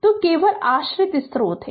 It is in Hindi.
तो केवल आश्रित स्रोत है